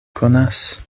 konas